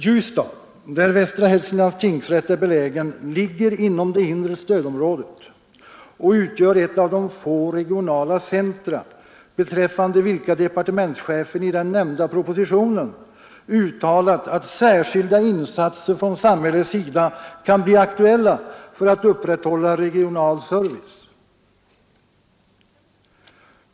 Ljusdal, där Västra Hälsinglands tingsrätt är belägen, ligger inom det inre stödområdet och utgör ett av de få regionala centra, beträffande vilka departementschefen i den nämnda propositionen uttalat att särskilda insatser från samhällets sida kan bli aktuella för att upprätthålla regional service.